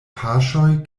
paŝoj